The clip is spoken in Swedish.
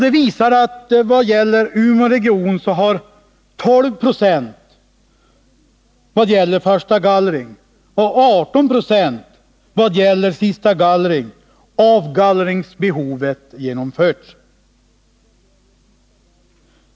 Den visar att i Umeå region har man av gallringsbehovet genomfört endast 12 9 vad gäller förstagallring och 18 96 vad gäller sistagallring.